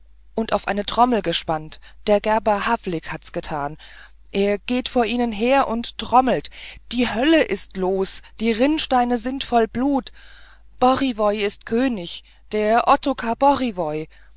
und auf eine trommel gespannt der gerber havlik hat's getan er geht vor ihnen her und trommelt die hölle ist los die rinnsteine sind voll blut borijov ist könig der ottokar